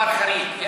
צריכה לאשר דבר חריג.